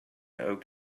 oak